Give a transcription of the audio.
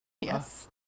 yes